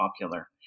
popular